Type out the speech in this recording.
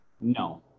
No